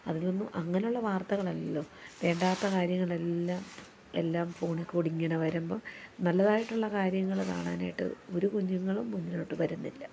അതിലൊന്നും അങ്ങനെയുള്ള വാർത്തകൾ അല്ലല്ലോ വേണ്ടാത്ത കാര്യങ്ങളെല്ലാം എല്ലാം ഫോണിൽക്കൂടിയങ്ങനെ വരുമ്പം നല്ലതായിട്ടുള്ള കാര്യങ്ങൾ കാണാനായിട്ട് ഒരു കുഞ്ഞുങ്ങളും മുന്നിലോട്ട് വരുന്നില്ല